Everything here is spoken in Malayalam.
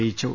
അറിയിച്ചു